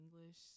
English